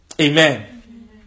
amen